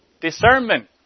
discernment